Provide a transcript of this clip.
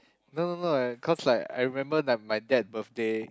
no no no I cause like I remember like my dad birthday